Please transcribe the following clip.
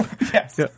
Yes